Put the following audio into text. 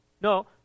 No